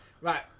right